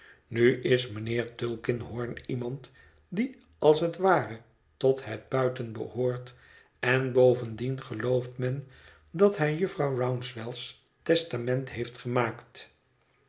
nu is mijnheer tulkinghorn iemand die als het ware tot het buiten behoort en bovendien gelooft men dat hij jufvrouw rouncewell's testament heeft gemaakt